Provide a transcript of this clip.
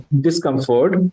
Discomfort